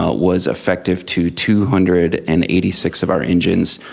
ah was effective to two hundred and eighty six of our engines.